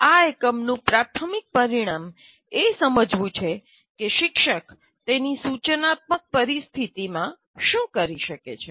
આ એકમનું પ્રાથમિક પરિણામ એ સમજવું છે કે શિક્ષક તેની સૂચનાત્મક પરિસ્થિતિમાં શું કરી શકે છે